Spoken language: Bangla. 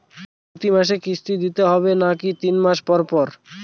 প্রতিমাসে কিস্তি দিতে হবে নাকি তিন মাস পর পর?